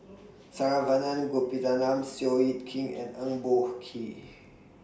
Saravanan Gopinathan Seow Yit Kin and Eng Boh Kee